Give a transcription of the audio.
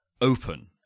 open